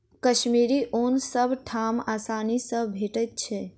कश्मीरी ऊन सब ठाम आसानी सँ भेटैत छै